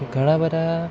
ઘણાં બધાં